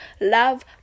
love